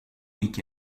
week